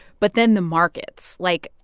but then the markets, like,